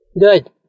Good